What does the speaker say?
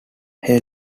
hey